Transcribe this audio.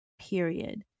period